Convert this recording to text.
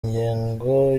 ingengo